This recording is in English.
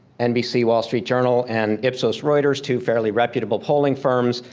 nbc, wall street journal and ipsos reuters, two fairly reputable polling firms,